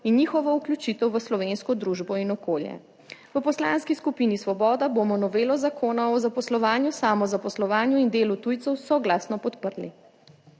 in njihovo vključitev v slovensko družbo in okolje. V Poslanski skupini Svoboda bomo novelo Zakona o zaposlovanju, samozaposlovanju in delu tujcev soglasno podprli.